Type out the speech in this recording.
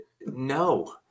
no